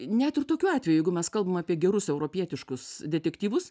net ir tokiu atveju jeigu mes kalbam apie gerus europietiškus detektyvus